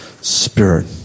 Spirit